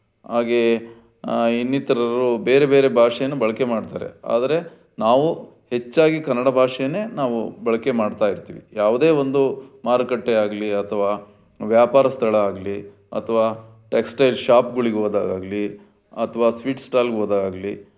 ಹಾಗೆಯೇ ಇನ್ನಿತರರು ಬೇರೆ ಬೇರೆ ಭಾಷೆಯನ್ನು ಬಳಕೆ ಮಾಡ್ತಾರೆ ಆದರೆ ನಾವು ಹೆಚ್ಚಾಗಿ ಕನ್ನಡ ಭಾಷೇನೇ ನಾವು ಬಳಕೆ ಮಾಡ್ತಾ ಇರ್ತೀವಿ ಯಾವುದೇ ಒಂದು ಮಾರುಕಟ್ಟೆ ಆಗಲಿ ಅಥವಾ ವ್ಯಾಪಾರ ಸ್ಥಳ ಆಗಲಿ ಅಥವಾ ಟೆಕ್ಸ್ಟೈಲ್ ಶಾಪ್ಗಳಿಗೆ ಹೋದಾಗ ಆಗಲಿ ಅಥವಾ ಸ್ವೀಟ್ ಸ್ಟಾಲ್ ಹೋದಾಗ ಆಗಲಿ